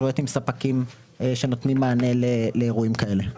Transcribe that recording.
התקשרויות עם ספקים שנותנים מענה לאירועים כאלה.